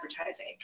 advertising